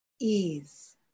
ease